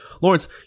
Lawrence